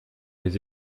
les